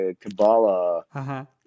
Kabbalah